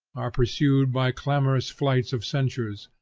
are pursued by clamorous flights of censures,